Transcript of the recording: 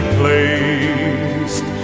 placed